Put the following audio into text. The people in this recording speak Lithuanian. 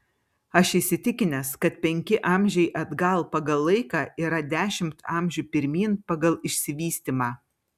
aš įsitikinęs kad penki amžiai atgal pagal laiką yra dešimt amžių pirmyn pagal išsivystymą